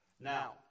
Now